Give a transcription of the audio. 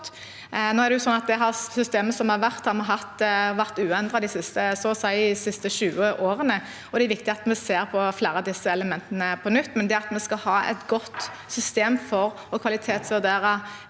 har hatt, har vært uendret så å si de siste 20 årene, og det er viktig at vi ser på flere av disse elementene på nytt. Men at vi skal ha et godt system for å kvalitetsvurdere